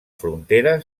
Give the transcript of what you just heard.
frontera